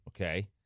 Okay